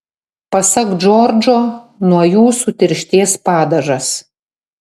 pasak džordžo nuo jų sutirštės padažas